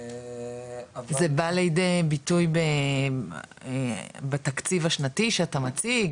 אבל --- זה בא לידי ביטוי בתקציב השנתי שאתה מציג?